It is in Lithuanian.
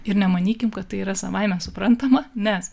ir nemanykim kad tai yra savaime suprantama nes